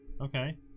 Okay